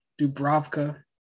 Dubrovka